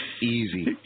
Easy